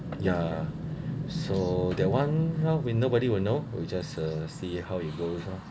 ya so that one now nobody will know we'll just uh see how it goes lah